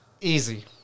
Easy